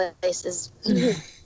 places